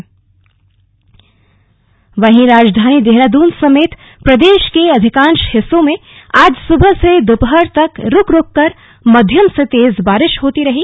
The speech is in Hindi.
बरसात जारी वहीं राजधानी देहरादून समेत प्रदेश के अधिकांश हिस्सों में आज सुबह से दोपहर तक रुक रुककर मध्यम से तेज बारिश होती रही